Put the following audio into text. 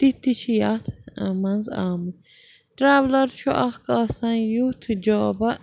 تِتھۍ تہِ چھِ یَتھ منٛز آمٕتۍ ٹرٛاولَر چھُ اَکھ آسان یُتھ جابا